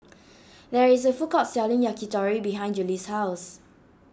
there is a food court selling Yakitori behind Juli's house